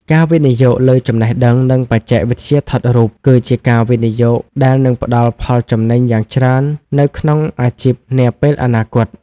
ការវិនិយោគលើចំណេះដឹង និងបច្ចេកវិទ្យាថតរូប គឺជាការវិនិយោគដែលនឹងផ្តល់ផលចំណេញយ៉ាងច្រើននៅក្នុងអាជីពនាពេលអនាគត។